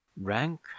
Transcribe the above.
rank